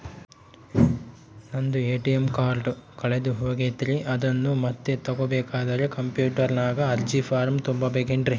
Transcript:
ನಂದು ATM card ಕಳೆದು ಹೋಗೈತ್ರಿ ಅದನ್ನು ಮತ್ತೆ ತಗೋಬೇಕಾದರೆ ಕಂಪ್ಯೂಟರ್ ನಾಗ ಅರ್ಜಿ ಫಾರಂ ತುಂಬಬೇಕನ್ರಿ?